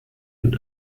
and